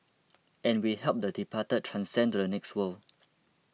and we help the departed transcend to the next world